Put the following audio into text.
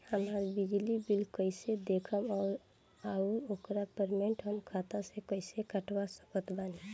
हमार बिजली बिल कईसे देखेमऔर आउर ओकर पेमेंट हमरा खाता से कईसे कटवा सकत बानी?